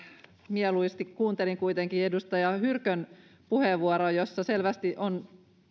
mieluisasti kuuntelin kuitenkin edustaja hyrkön puheenvuoroa jossa selvästi on